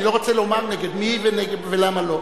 אני לא רוצה לומר נגד מי ולמה לא.